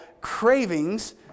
cravings